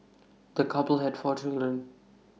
the couple had four children